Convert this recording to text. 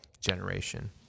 generation